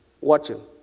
watching